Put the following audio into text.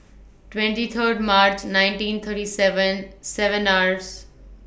twenty Third March nineteen thirty seven seven hours